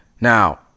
Now